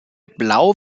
blau